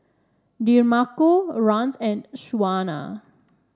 Demarco Rance and Shaunna